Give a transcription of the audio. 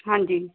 ਹਾਂਜੀ